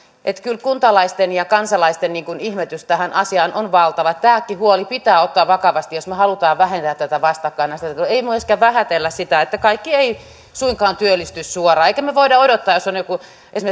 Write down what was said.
että kyllä kuntalaisten ja kansalaisten ihmetys tässä asiassa on valtava tämäkin huoli pitää ottaa vakavasti jos me haluamme vähentää tätä vastakkainasettelua ei myöskään vähätellä sitä että kaikki eivät suinkaan työllisty suoraan emmekä me voi odottaa jos on esimerkiksi joku